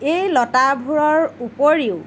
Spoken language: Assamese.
এই লতাবোৰৰ উপৰিও